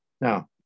Now